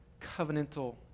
covenantal